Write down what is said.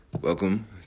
welcome